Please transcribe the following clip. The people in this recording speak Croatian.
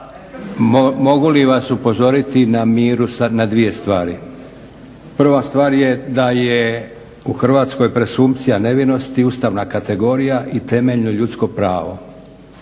Mogu li vas upozoriti u miru sad na dvije stvari? Prva stvar je da je u Hrvatskoj presumpcija nevinosti ustavna kategorija i temeljno ljudsko pravo,